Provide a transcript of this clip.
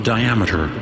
diameter